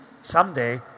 someday